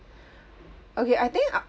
okay I think I~